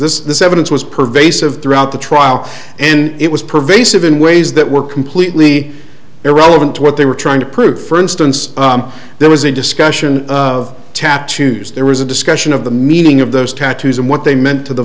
this this evidence was pervasive throughout the trial and it was pervasive in ways that were completely irrelevant to what they were trying to prove for instance there was a discussion of tattoos there was a discussion of the meaning of those tattoos and what they meant to the